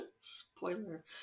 spoiler